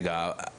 רגע,